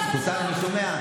הוא שומע,